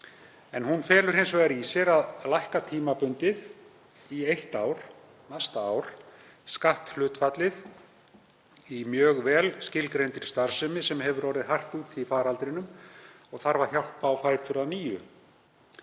Tillagan felur hins vegar í sér að lækka tímabundið í eitt ár, næsta ár, skatthlutfallið í mjög vel skilgreindri starfsemi sem hefur orðið hart úti í faraldrinum og þarf að hjálpa á fætur að nýju.